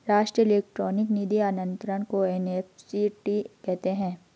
राष्ट्रीय इलेक्ट्रॉनिक निधि अनंतरण को एन.ई.एफ.टी कहते हैं